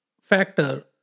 factor